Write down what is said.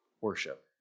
worship